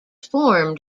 formed